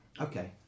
Okay